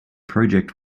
project